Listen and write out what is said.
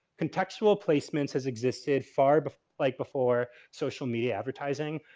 contextual placements has existed far, but like, before social media advertising.